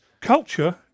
Culture